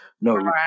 no